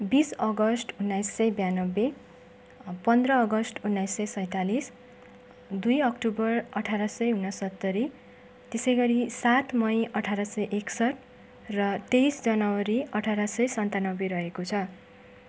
बिस अगस्त उन्नाइस सय बयानब्बे पन्ध्र अगस्त उन्नाइस सय सैँतालिस दुई अक्टोबर आठार सय उनन्सत्तरी त्यसै गरी सात मई आठार सय एकसठ र तेइस जनवरी अठार सय सन्तानब्बे रहेको छ